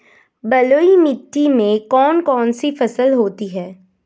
बलुई मिट्टी में कौन कौन सी फसल होती हैं?